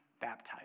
baptized